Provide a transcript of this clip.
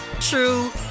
true